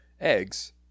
eggs